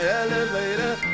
elevator